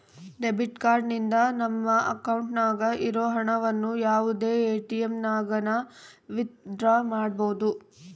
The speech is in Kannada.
ಡೆಬಿಟ್ ಕಾರ್ಡ್ ನಿಂದ ನಮ್ಮ ಅಕೌಂಟ್ನಾಗ ಇರೋ ಹಣವನ್ನು ಯಾವುದೇ ಎಟಿಎಮ್ನಾಗನ ವಿತ್ ಡ್ರಾ ಮಾಡ್ಬೋದು